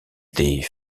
des